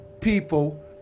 people